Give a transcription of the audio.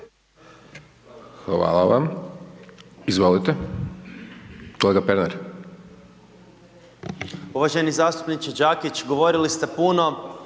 Hvala vam. Izvolite,